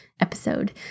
episode